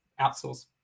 outsource